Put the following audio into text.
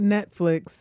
Netflix